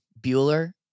Bueller